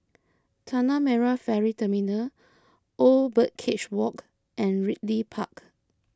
Tanah Merah Ferry Terminal Old Birdcage Walk and Ridley Park